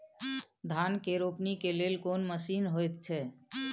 धान के रोपनी के लेल कोन मसीन होयत छै?